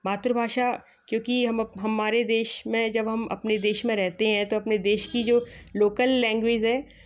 मातृ भाषा क्योंकि हम अब हमारे देश मे जब हम अपने देश में रहते हैं तो अपने देश कि जो लोकल लैंग्वेज है